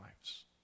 lives